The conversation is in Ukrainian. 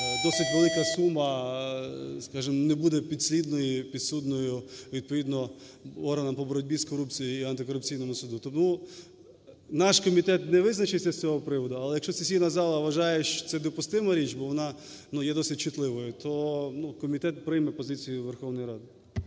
досить велика сума, скажем, не буде підсудною відповідно органам по боротьбі з корупцією і антикорупційному суду. Тому наш комітет не визначився з цього приводу. Але, якщо сесійна зала вважає, що це допустима річ бо вона, ну, є досить чутливою, то, ну, комітет прийме позицію Верховної Ради.